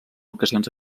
ocasions